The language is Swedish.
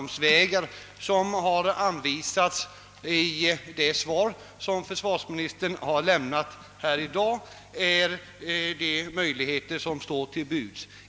De åtgärder som har anvisats i försvarsministerns svar i dag är nog de framkomstmöjligheter som står oss till buds.